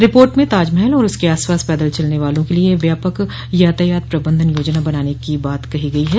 report में ताज महल और उसके आसपास पैदल चलने वालों के लिए व्यापक यातायात प्रबंधन योजना बनाने की बात कही गई है